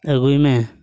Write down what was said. ᱟᱹᱜᱩᱭ ᱢᱮ